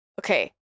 okay